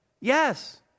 yes